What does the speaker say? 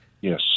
yes